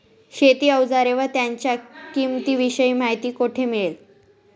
शेती औजारे व त्यांच्या किंमतीविषयी माहिती कोठे मिळेल?